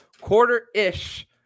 quarter-ish